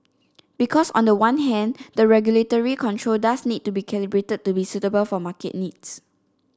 because on the one hand the regulatory control does need to be calibrated to be suitable for market needs